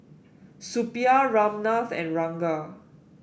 Suppiah Ramnath and Ranga